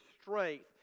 strength